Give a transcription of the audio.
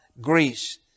Greece